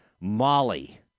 Molly